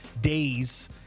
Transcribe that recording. days